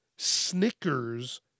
Snickers